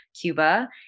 Cuba